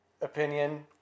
opinion